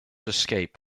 escape